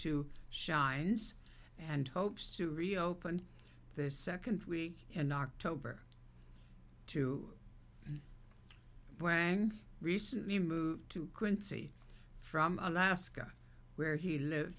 to shines and hopes to reopen the second week in october to when recently moved to quincy from alaska where he lived